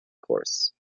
course